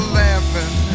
laughing